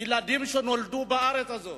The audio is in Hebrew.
ילדים שנולדו בארץ הזאת,